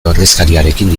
ordezkariarekin